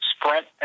Sprint